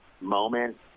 moment